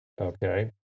okay